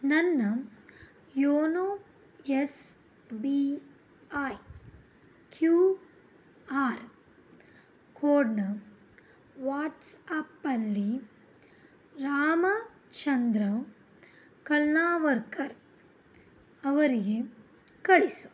ನನ್ನ YONO S B I Q R ಕೋಡನ್ನ ವಾಟ್ಸಾಪ್ಪಲ್ಲಿ ರಾಮಚಂದ್ರ ಕಲ್ಲಾವರ್ಕರ್ ಅವರಿಗೆ ಕಳಿಸು